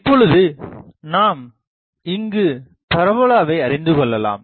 இப்பொழுது நாம் இங்குப் பரபோலாவை அறிந்து கொள்ளலாம்